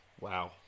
Wow